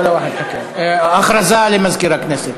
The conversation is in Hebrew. הודעה לסגן מזכירת הכנסת.